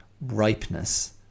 ripeness